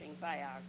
biography